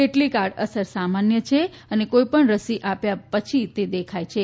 કેટલીક આડઅસર સામાન્ય છે અને કોઈપણ રસી આપ્યા પછી તે દેખાય છે